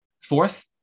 Fourth